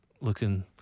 looking